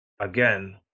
again